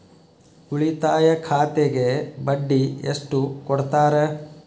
ಉಳಿತಾಯ ಖಾತೆಗೆ ಬಡ್ಡಿ ಎಷ್ಟು ಕೊಡ್ತಾರ?